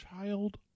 Child